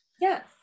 yes